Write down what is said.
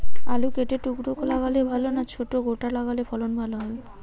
আলু কেটে টুকরো লাগালে ভাল না ছোট গোটা লাগালে ফলন ভালো হবে?